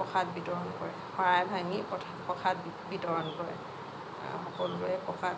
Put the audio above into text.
প্ৰসাদ বিতৰণ কৰে শৰাই ভাঙি প্ৰসাদ বিতৰণ কৰে সকলোৱে প্ৰসাদ